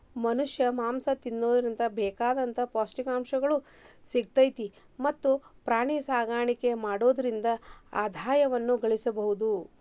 ಮನಷ್ಯಾ ಮಾಂಸ ತಿನ್ನೋದ್ರಿಂದ ಬೇಕಾದಂತ ಪೌಷ್ಟಿಕಾಂಶನು ಸಿಗ್ತೇತಿ ಮತ್ತ್ ಪ್ರಾಣಿಸಾಕಾಣಿಕೆ ಮಾಡೋದ್ರಿಂದ ಆದಾಯನು ಗಳಸಬಹುದು